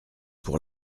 pour